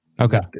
Okay